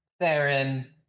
Theron